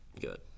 good